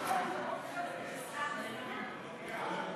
נתקבלו.